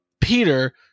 Peter